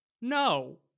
No